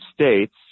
States